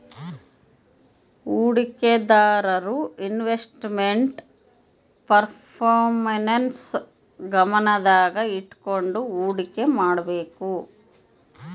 ಹೂಡಿಕೆದಾರರು investment performance ನ್ನು ಗಮನದಾಗ ಇಟ್ಕಂಡು ಹುಡಿಕೆ ಮಾಡ್ಬೇಕು